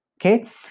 okay